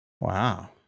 Wow